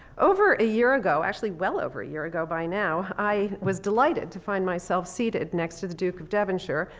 over a year ago, actually well over a year ago by now, i was delighted to find myself seated next to the duke of devonshire,